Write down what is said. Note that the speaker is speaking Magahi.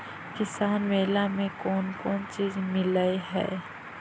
किसान मेला मे कोन कोन चिज मिलै है?